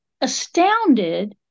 astounded